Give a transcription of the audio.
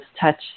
touch